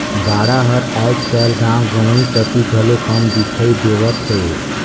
गाड़ा हर आएज काएल गाँव गंवई कती घलो कम दिखई देवत हे